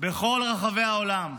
בכל רחבי העולם.